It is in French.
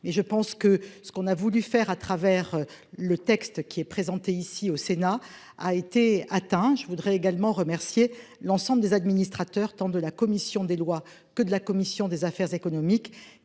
mais je pense que ce qu'on a voulu faire à travers le texte qui est présenté ici au Sénat, a été atteint. Je voudrais également remercier l'ensemble des administrateurs tentent de la commission des lois que de la commission des affaires économiques